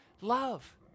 love